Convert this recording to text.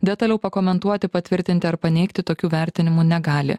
detaliau pakomentuoti patvirtinti ar paneigti tokių vertinimų negali